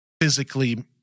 physically